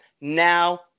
now